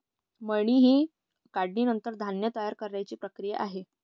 मळणी ही काढणीनंतर धान्य तयार करण्याची प्रक्रिया आहे